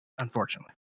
Unfortunately